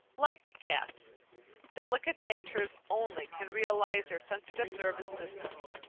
like cats delicate natures only can realize their sensitive nervous systems.